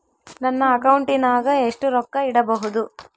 ನನ್ನ ಅಕೌಂಟಿನಾಗ ಎಷ್ಟು ರೊಕ್ಕ ಇಡಬಹುದು?